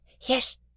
Yes